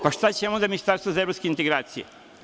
Pa, šta će nam onda ministarstvo za evropske integracije?